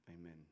amen